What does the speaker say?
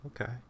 okay